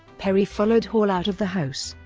perry followed hall out of the house,